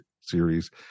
series